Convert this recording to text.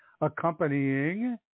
accompanying